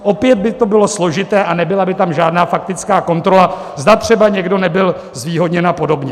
Opět by to bylo složité a nebyla by tam žádná faktická kontrola, zda třeba někdo nebyl zvýhodněn apod.